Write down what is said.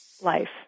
life